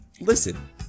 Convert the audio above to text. listen